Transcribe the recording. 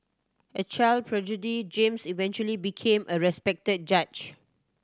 a child prodigy James eventually became a respected judge